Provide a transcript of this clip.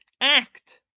act